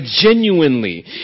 genuinely